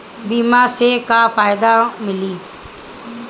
बीमा से का का फायदा मिली?